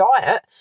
diet